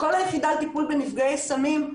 כל יחידת הטיפול בנפגעי סמים,